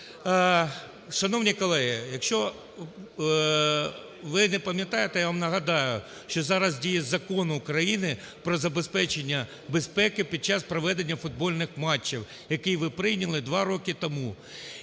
Шановні колеги, якщо ви не пам'ятаєте, я вам нагадаю, що зараз діє Закон України "Про забезпечення безпеки під час проведення футбольних матчів" , який ви прийняли два роки тому.